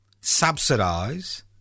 subsidise